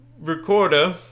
recorder